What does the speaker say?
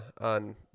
on